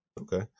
Okay